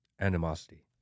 animosity